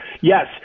Yes